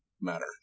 matter